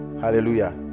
hallelujah